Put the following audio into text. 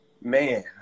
Man